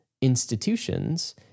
institutions